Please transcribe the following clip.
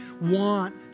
want